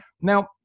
now